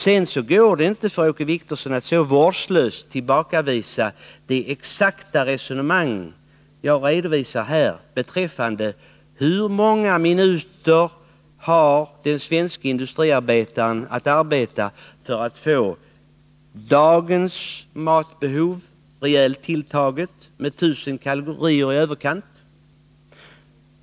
Sedan går det inte för Åke Wictorsson att så vårdslöst tillbakavisa resonemanget om hur många minuter den svenske industriarbetaren har att arbeta för att tillgodose dagens matbehov, rejält tilltaget med 1 000 kalorier i överkant.